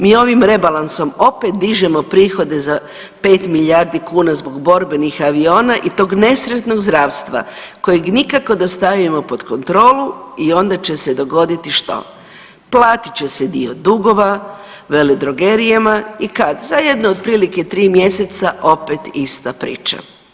Mi ovim rebalansom opet dižemo prihode za 5 milijardi kuna zbog borbenih aviona i tog nesretnog zdravstva kojeg nikako da stavimo pod kontrolu i onda će se dogoditi što, platit će se dio dugova veledrogerijama i kad za jedno otprilike 3 mjeseca opet ista priča.